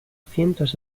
cientos